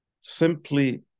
simply